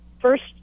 first